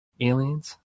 aliens